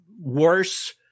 worse